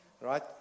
right